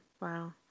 Wow